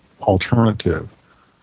alternative